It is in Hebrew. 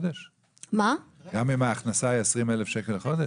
גם אם ההכנסה היא נניח 20,000 שקלים לחודש?